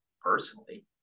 personally